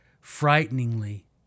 frighteningly